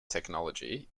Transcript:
technology